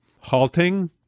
halting